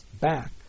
back